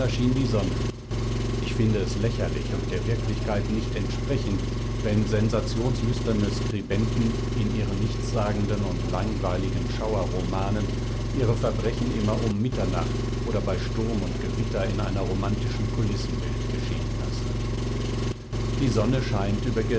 die sonne ich finde es lächerlich und der wirklichkeit nicht entsprechend wenn sensationslüsterne skribenten in ihren nichtssagenden und langweiligen schauerromanen ihre verbrechen immer um mitternacht oder bei sturm und gewitter in einer romantischen kulissenwelt geschehen lassen die sonne scheint über